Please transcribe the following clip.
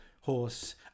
horse